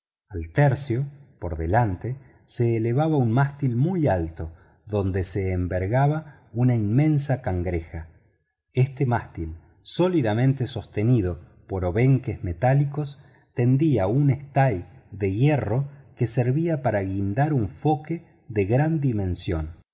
al tercio por delante se elevaba un mástil muy alto donde se envergaba una inmensa cangreja este mástil sólidamente sostenido por obenques metálicos tendía un estay de hierro que servía para guindar un foque de gran dimensión